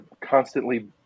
constantly